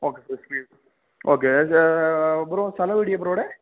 okay fresh piece okay bro സ്ഥലമെവിടെയാണ് ബ്രോയുടെ